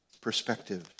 perspective